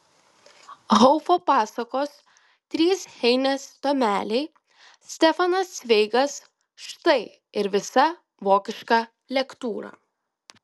haufo pasakos trys heinės tomeliai stefanas cveigas štai ir visa vokiška lektūra